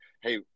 Hey